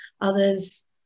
Others